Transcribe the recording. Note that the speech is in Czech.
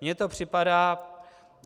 Mně to připadá,